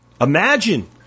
Imagine